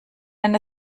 wenn